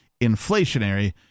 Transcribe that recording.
inflationary